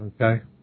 Okay